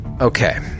Okay